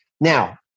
Now